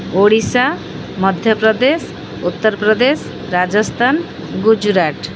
Odisha Madhya Pradesh Uttar Pradesh Rajasthan Gujarat